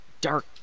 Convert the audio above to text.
dark